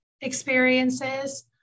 experiences